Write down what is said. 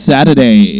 Saturday